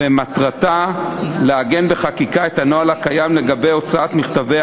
ומטרתה לעגן בחקיקה את הנוהל הקיים לגבי הוצאת מכתבי